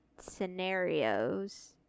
scenarios